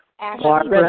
Ashley